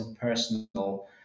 personal